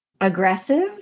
aggressive